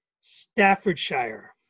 Staffordshire